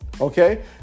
Okay